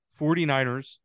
49ers